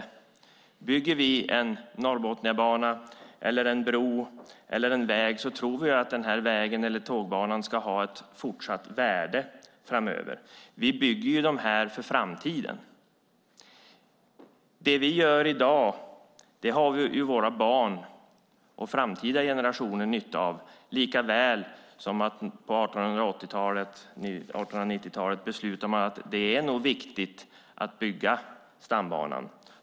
Om vi bygger en Norrbotniabana, en bro eller en väg tror vi att den vägen eller tågbanan ska ha ett fortsatt värde framöver. Vi bygger dem för framtiden. Det vi gör i dag har våra barn och framtida generationer nytta av lika väl som när man på 1880-talet och 1890-talet beslutade om att det nog var viktigt att bygga stambanan.